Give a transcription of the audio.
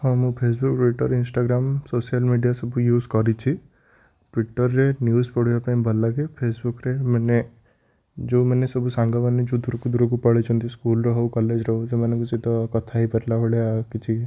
ହଁ ମୁଁ Facebook Twitter Instagram social media ସବୁ ୟୁଜ୍ କରିଛି ଟୁଇଟରରେ ନ୍ୟୁଜ୍ ପଢ଼ିବାପାଇଁ ଭଲଲାଗେ ଫେସବୁକରେ ମାନେ ଯେଉଁମାନେ ସବୁ ସାଙ୍ଗମାନେ ଯେଉଁ ଦୂରକୁ ଦୂରକୁ ପଳାଇଛନ୍ତି ସ୍କୁଲ୍ର ହେଉ କଲେଜର ହେଉ ସେମାନଙ୍କ ସହିତ କଥା ହେଇପାରିଲା ଭଳିଆ କିଛି